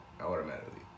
automatically